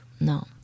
no